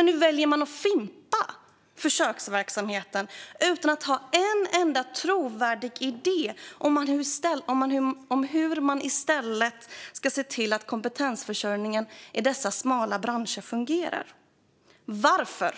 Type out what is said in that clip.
Ändå väljer man nu att fimpa försöksverksamheten - utan att ha en enda trovärdig idé om hur man i stället ska se till att kompetensförsörjningen i dessa smala branscher fungerar. Varför